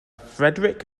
frederick